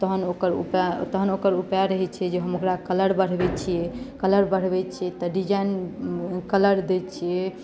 तहन ओकर उपाय तखन ओकर उपाय रहैत छै जे हम ओकरा कलर बढ़बैत छियै कलर बढ़बैत छियै तऽ डिजाइन कलर दैत छियै